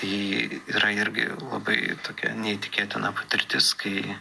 y yra irgi labai tokia neįtikėtina patirtis kai